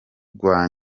rwa